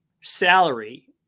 salary